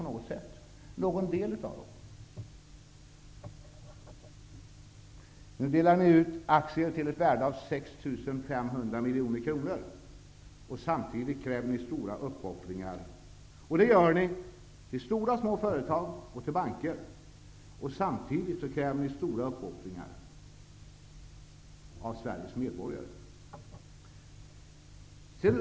Nu delar ni ut aktier till ett värde av 6 500 miljoner kronor. Detta gör ni till stora och små företag och till banker. Samtidigt kräver ni stora uppoffringar av Sveriges medborgare.